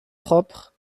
propres